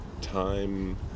time